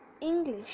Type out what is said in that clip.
English